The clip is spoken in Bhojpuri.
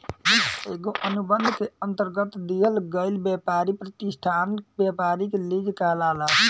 एगो अनुबंध के अंतरगत दिहल गईल ब्यपारी प्रतिष्ठान ब्यपारिक लीज कहलाला